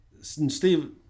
Steve